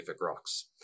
rocks